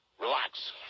Relax